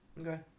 Okay